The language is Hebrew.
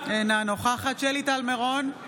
נוכחת שלי טל מירון,